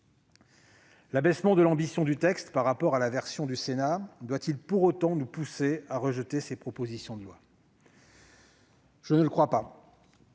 L'abaissement de l'ambition du texte par rapport à la version du Sénat doit-il pour autant nous pousser à rejeter ces propositions de loi ? Je ne le crois pas.